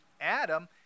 Adam